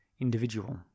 individual